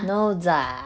norza